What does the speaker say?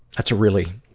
that's a really,